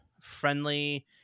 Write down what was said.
friendly